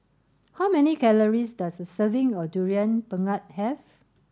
how many calories does a serving of durian pengat have